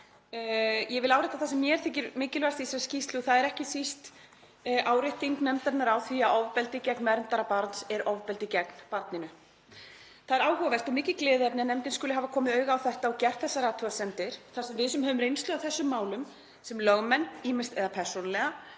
Ég vil árétta það sem mér þykir mikilvægast í þessari skýrslu og það er árétting nefndarinnar á því að ofbeldi gegn verndara barns er ofbeldi gegn barninu. Það er áhugavert og mikið gleðiefni að nefndin skuli hafa komið auga á þetta og gert þessar athugasemdir þar sem við sem höfum reynslu af þessum málum, ýmist sem lögmenn eða persónulega,